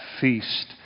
feast